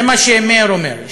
זה מה שמאיר אומר,